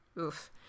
Oof